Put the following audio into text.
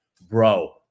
bro